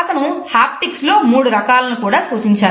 అతను హాప్టిక్స్ లో మూడు రకాల ను కూడా సూచించారు